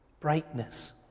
Brightness